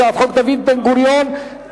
הצעת חוק דוד בן-גוריון (תיקון)